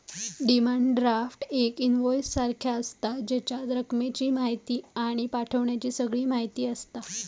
demand draft एक invoice सारखो आसता, जेच्यात रकमेची म्हायती आणि पाठवण्याची सगळी म्हायती आसता